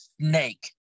snake